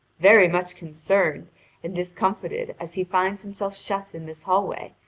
very much concerned and discomfited as he finds himself shut in this hallway,